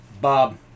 Bob